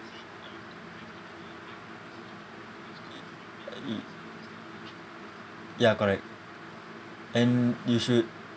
ah it ya correct and you should